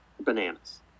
bananas